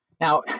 Now